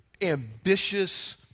ambitious